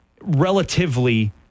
relatively